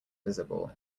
visible